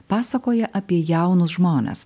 pasakoja apie jaunus žmones